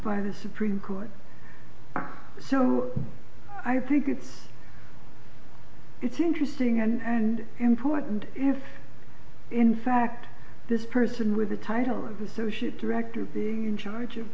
by the supreme court so i think it's it's interesting and important if in fact this person with the title of associate director being in charge of